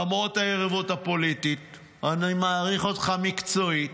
למרות היריבות הפוליטית אני מעריך אותך מקצועית,